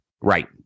Right